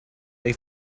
they